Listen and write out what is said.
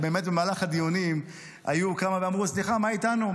במהלך הדיונים היו כמה שאמרו: סליחה, מה איתנו?